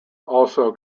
also